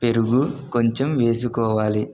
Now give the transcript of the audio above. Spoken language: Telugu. పెరుగు కొంచెం వేసుకోవాలి